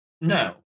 No